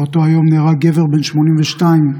באותו היום נהרג גבר בן 82 בנתיבות.